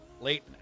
late